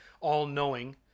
all-knowing